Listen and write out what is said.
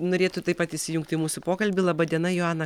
norėtų taip pat įsijungti į mūsų pokalbį laba diena joana